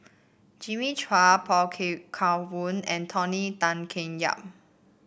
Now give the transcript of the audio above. Jimmy Chua Pao Kun and Tony Tan Keng Yam